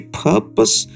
purpose